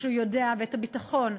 שהוא יודע, והביטחון,